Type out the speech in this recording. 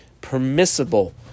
permissible